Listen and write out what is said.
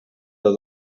del